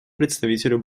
представителю